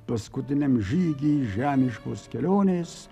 paskutiniam žygy žemiškos kelionės